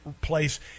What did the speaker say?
place